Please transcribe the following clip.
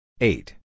Eight